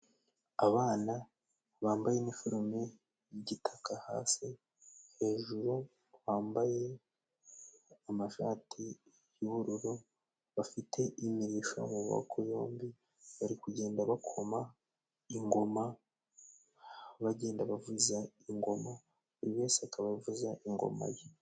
Abana bambaye iniforume y'igitaka hasi, hejuru bambaye amashati y'ubururu, bafite imirishyo mu mabokoko yombi, bari kugenda bakoma ingoma bagenda bavuza ingoma, buri wese akaba avuza ingoma ye.